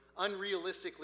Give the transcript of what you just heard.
unrealistically